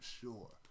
sure